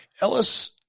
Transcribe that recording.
Ellis